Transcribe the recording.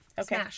Okay